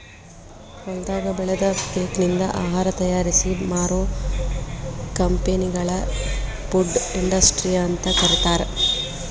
ಹೊಲದಾಗ ಬೆಳದ ಪೇಕನಿಂದ ಆಹಾರ ತಯಾರಿಸಿ ಮಾರೋ ಕಂಪೆನಿಗಳಿ ಫುಡ್ ಇಂಡಸ್ಟ್ರಿ ಅಂತ ಕರೇತಾರ